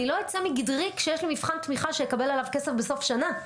אני לא אצא מגדרי כשיש לי מבחן תמיכה שאקבל עליו כסף בסוף שנה.